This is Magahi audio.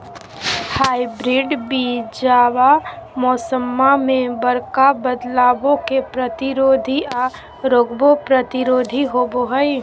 हाइब्रिड बीजावा मौसम्मा मे बडका बदलाबो के प्रतिरोधी आ रोगबो प्रतिरोधी होबो हई